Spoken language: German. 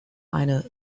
eine